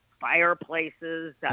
fireplaces